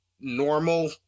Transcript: normal